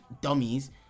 dummies